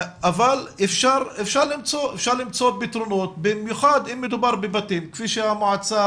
אבל אפשר למצוא פתרונות במיוחד אם מדובר בבתים,